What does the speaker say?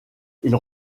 ils